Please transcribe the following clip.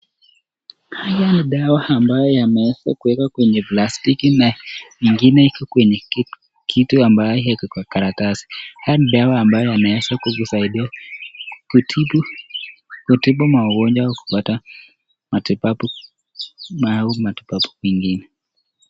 Haya ni dawa ambayo yameeza kuekwa kwenye plastiki na ingine iko kwenye kitu ambayo iko kwa karatasi. Haya ni dawa ambayo yanaweza kukusaidia kutibu maugonjwa au kupata matibabu au matibabu kwingine.